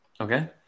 Okay